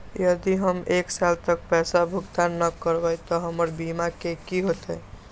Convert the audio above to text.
यदि हम एक साल तक पैसा भुगतान न कवै त हमर बीमा के की होतै?